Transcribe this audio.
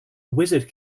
wizard